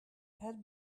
had